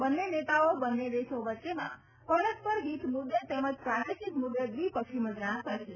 બંને નેતાઓ બંને દેશો વચ્ચેના પરસ્પર હિત મુદ્દે તેમજ પ્રાદેશિક મુદ્દે દ્વિપક્ષી મંત્રજ્ઞા કરશે